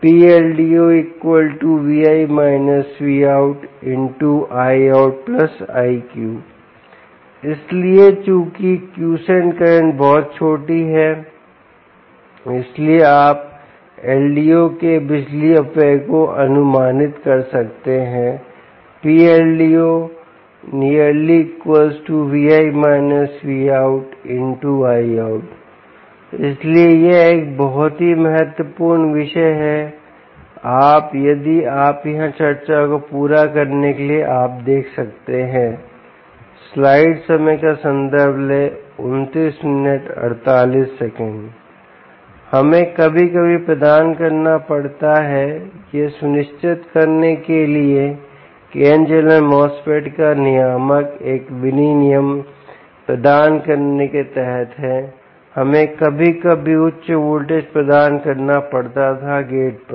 PLDO x Iout Iq इसलिए चूंकि quiescent current बहुत छोटी है इसलिए आप एक LDO के बिजली अपव्यय को अनुमानित कर सकते हैं PLDO≈ x Iout इसलिए यह एक बहुत ही महत्वपूर्ण विषय है आप यदि आप यहां चर्चा को पूरा करने के लिए आप देख सकते हैं हमें कभी कभी प्रदान करना पड़ता है यह सुनिश्चित करने के लिए कि n चैनल MOSFET का नियामक एक विनियमन प्रदान करने के तहत है हमें कभी कभी उच्च वोल्टेज प्रदान करना पड़ता था गेट पर